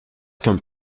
come